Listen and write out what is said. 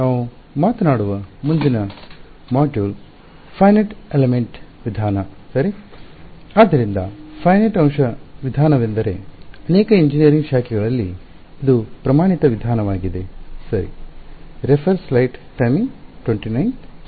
ನಾವು ಮಾತನಾಡುವ ಮುಂದಿನ ಮಾಡ್ಯೂಲ್ ಸೀಮಿತ ಎಲಿಮೆಂಟ್ ವಿಧಾನ ಇದು ಅನೇಕ ಎಂಜಿನಿಯರಿಂಗ್ ಶಾಖೆಗಳಲ್ಲಿ ಪ್ರಮಾಣಿತ ವಿಧಾನವಾಗಿದೆ